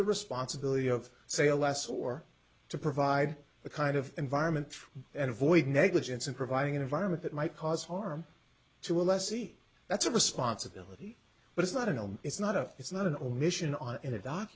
the responsibility of say a less or to provide the kind of environment and avoid negligence in providing an environment that might cause harm to alessi that's a responsibility but it's not a no it's not a it's not an omission on a do